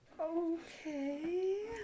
Okay